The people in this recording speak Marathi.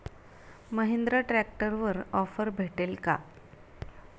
महिंद्रा ट्रॅक्टरवर ऑफर भेटेल का?